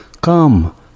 come